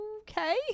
okay